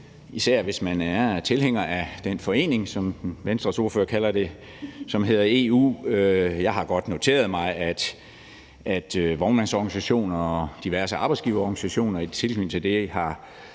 især hvis man er tilhænger af den forening, som Venstres ordfører kalder det, som hedder EU. Jeg har godt noteret mig, at vognmandsorganisationer og diverse arbejdsgiverorganisationer i tilknytning til det har